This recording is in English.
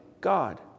God